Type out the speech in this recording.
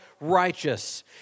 righteous